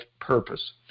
purpose